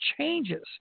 changes